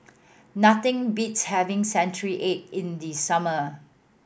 nothing beats having century egg in the summer